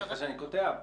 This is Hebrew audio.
סליחה שאני קוטע.